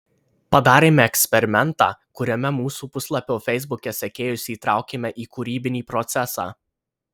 padarėme eksperimentą kuriame mūsų puslapio feisbuke sekėjus įtraukėme į kūrybinį procesą